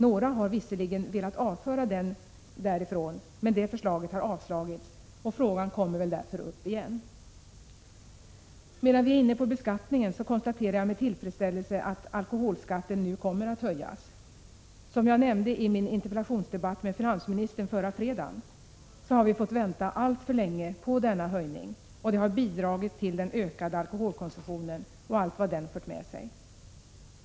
Några har visserligen velat avföra den därifrån, men det förslaget har fällts, varför frågan väl kommer upp igen. Medan vi är inne på beskattningen konstaterar jag med tillfredsställelse att alkoholskatten nu kommer att höjas. Som jag nämnde i min interpellationsdebatt med finansministern förra fredagen har vi fått vänta alltför länge på denna höjning, och det har bidragit till den ökade alkoholkonsumtionen och allt vad detta har fört med sig.